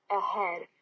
ahead